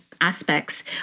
aspects